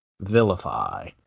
vilify